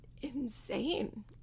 insane